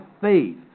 faith